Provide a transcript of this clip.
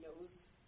knows